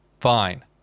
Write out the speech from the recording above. Fine